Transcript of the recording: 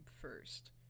first